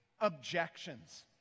objections